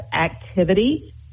activity